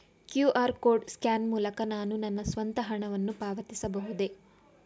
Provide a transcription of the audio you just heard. QR code scan ಮೂಲಕ ನಾನು ನನ್ನ ಸ್ವಂತ ಹಣವನ್ನು ಪಾವತಿಸಬಹುದೇ?